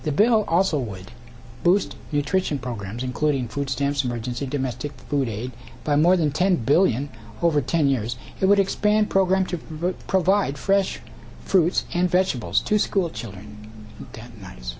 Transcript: the bill also would boost your treatment programs including food stamps emergency domestic food aid by more than ten billion over ten years it would expand program to provide fresh fruits and vegetables to school children